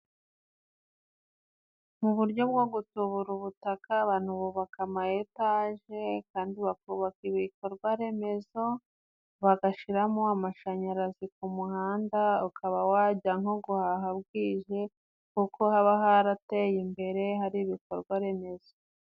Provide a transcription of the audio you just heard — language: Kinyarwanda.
Mu buryo bwo gutubura ubutaka, abantu bubaka amayetaje kandi bakubaka ibikorwaremezo, bagashyiramo amashanyarazi ku muhanda, ukaba wajya nko guhaha bwije kuko haba harateye imbere hari ibikorwa remezo.